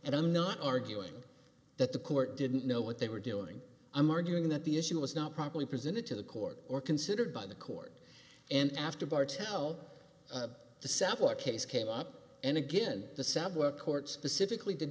and i'm not arguing that the court didn't know what they were doing i'm arguing that the issue was not properly presented to the court or considered by the court and after bar tell the sepoy case came up and again the south were court specifically did